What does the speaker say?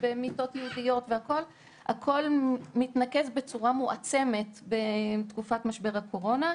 במיטות ייעודיות - הכל מתנקז בצורה מועצמת בתקופת משבר הקורונה,